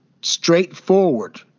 straightforward